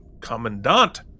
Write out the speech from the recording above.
Commandant